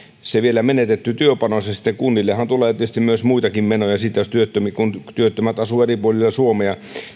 se menetetty työpanos ja sitten kunnillehan tulee tietysti myös muita menoja siitä kun työttömät asuvat eri puolilla suomea